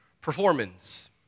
performance